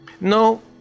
No